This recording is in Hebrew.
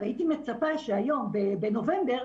הייתי מצפה שהיום בנובמבר,